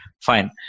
fine